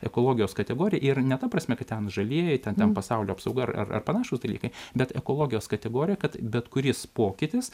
ekologijos kategorija ir ne ta prasme kad ten žalieji ten ten pasaulio apsauga ar ar panašūs dalykai bet ekologijos kategorija kad bet kuris pokytis